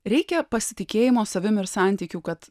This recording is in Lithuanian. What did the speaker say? reikia pasitikėjimo savim ir santykiu kad